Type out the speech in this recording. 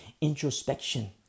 introspection